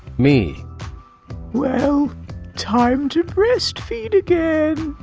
me well time to breastfeed again!